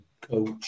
coach